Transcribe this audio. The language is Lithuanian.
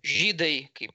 žydai kaip